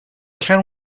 can